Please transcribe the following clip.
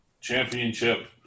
championship